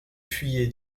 fuyez